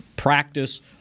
Practice